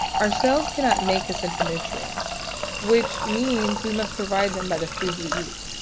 our cells cannot make essential nutrients which means we must provide them by the foods we eat.